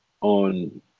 on